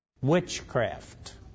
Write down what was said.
witchcraft